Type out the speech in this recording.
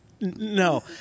No